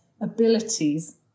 abilities